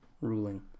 ruling